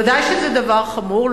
ודאי שזה דבר חמור.